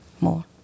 more